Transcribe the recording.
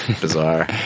Bizarre